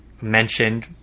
mentioned